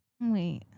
wait